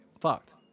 fucked